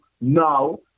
now